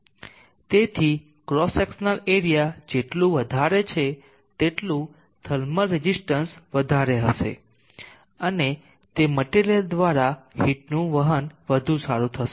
તેથી cross section area જેટલું વધારે છે તેટલું થર્મલ રેઝિસ્ટન્સ વધારેહશે અને તે મટેરીયલ દ્વારા હીટનું વહન વધુ સારું રહેશે